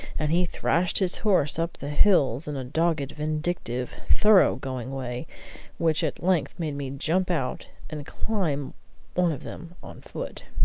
and he thrashed his horse up the hills in a dogged, vindictive, thorough-going way which at length made me jump out and climb one of them on foot.